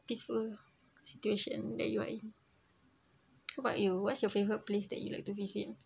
peaceful situation that you are in how about you what's your favourite place that you like to visit